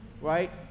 right